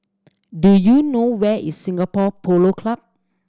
do you know where is Singapore Polo Club